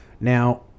now